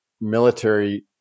military